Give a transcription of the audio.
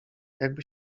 jakby